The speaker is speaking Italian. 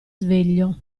sveglio